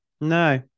No